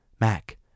Mac